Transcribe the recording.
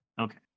Okay